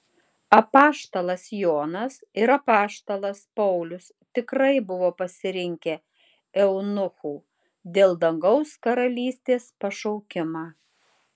apaštalas jonas ir apaštalas paulius tikrai buvo pasirinkę eunuchų dėl dangaus karalystės pašaukimą